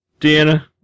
Deanna